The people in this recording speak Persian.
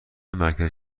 مرکز